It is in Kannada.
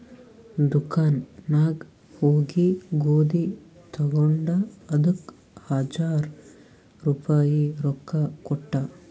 ದುಕಾನ್ ನಾಗ್ ಹೋಗಿ ಗೋದಿ ತಗೊಂಡ ಅದಕ್ ಹಜಾರ್ ರುಪಾಯಿ ರೊಕ್ಕಾ ಕೊಟ್ಟ